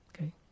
okay